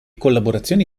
collaborazioni